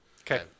Okay